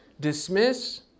Dismiss